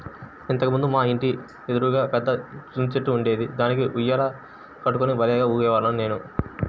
ఇంతకు ముందు మా ఇంటి ఎదురుగా పెద్ద జాంచెట్టు ఉండేది, దానికి ఉయ్యాల కట్టుకుని భల్లేగా ఊగేవాడ్ని నేను